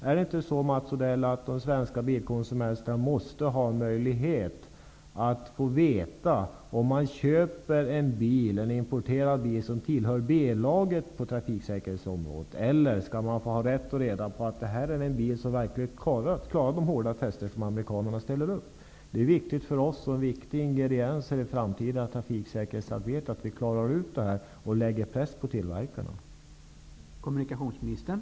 Är det inte så, Mats Odell, att de svenska bilkonsumenterna har rätt att få reda på om man köper en bil som tillhör B-laget på trafiksäkerhetsområdet eller om det är en bil som verkligen klarar de hårda krav som amerikanarna ställer upp? Detta är viktiga ingredienser i det framtida trafiksäkerhetsarbetet. Det är väsentligt att vi klarar ut detta och sätter press på tillverkarna.